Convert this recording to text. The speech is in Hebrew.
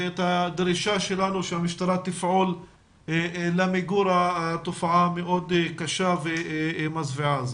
ואת הדרישה שלנו שהמשטרה תפעל למיגור התופעה המאוד קשה והמזוויעה הזאת.